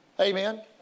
Amen